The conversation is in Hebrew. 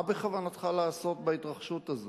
מה בכוונתך לעשות בהתרחשות הזו?